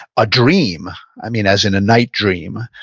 a dream, i mean as an a night dream,